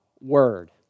word